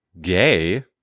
gay